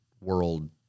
world